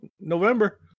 November